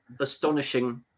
astonishing